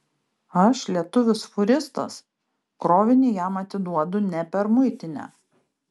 aš lietuvis fūristas krovinį jam atiduodu ne per muitinę